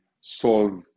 solve